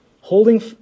holding